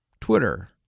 Twitter